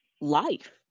life